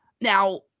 Now